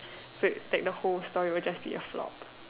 so you tag the whole story it will just be a flop